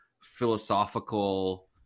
philosophical